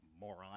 moron